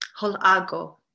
holago